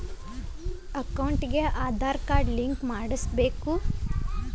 ಅಕೌಂಟಿಗೆ Aadhaar card link ಮಾಡಿಸಬೇಕು?